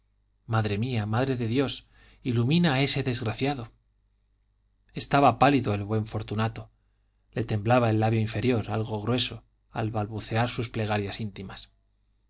madre mía madre de dios ilumina a ese desgraciado estaba pálido el buen fortunato le temblaba el labio inferior algo grueso al balbucear sus plegarias íntimas